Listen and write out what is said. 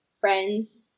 friends